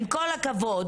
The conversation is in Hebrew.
עם כל הכבוד,